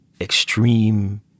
extreme